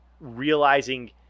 realizing